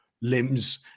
limbs